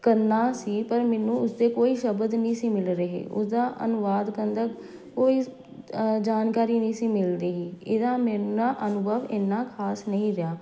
ਕਰਨਾ ਸੀ ਪਰ ਮੈਨੂੰ ਉਸਦੇ ਕੋਈ ਸ਼ਬਦ ਨਹੀਂ ਸੀ ਮਿਲ ਰਹੇ ਉਸਦਾ ਅਨੁਵਾਦ ਕਰਨ ਦਾ ਕੋਈ ਜਾਣਕਾਰੀ ਨਹੀਂ ਸੀ ਮਿਲਦੀ ਇਹਦਾ ਮੇਰੇ ਨਾਲ ਅਨੁਭਵ ਇੰਨਾਂ ਖਾਸ ਨਹੀਂ ਰਿਹਾ